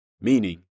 meaning